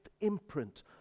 imprint